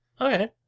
Okay